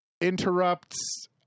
interrupts